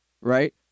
right